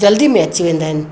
जल्दी में अची वेंदा आहिनि